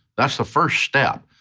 that's the first step.